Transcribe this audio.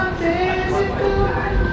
physical